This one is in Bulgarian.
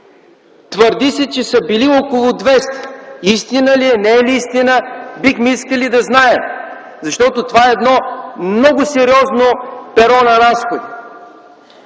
Твърди се, че са били около 200. Истина ли е или не е истина? Бихме искали да знаем, защото това е много сериозно перо на разход.